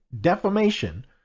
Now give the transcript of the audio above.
defamation